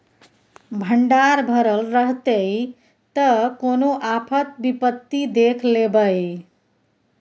भंडार भरल रहतै त कोनो आफत विपति देख लेबै